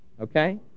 okay